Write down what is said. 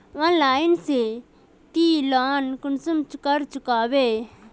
Online से ती loan कुंसम करे चुकाबो?